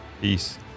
Peace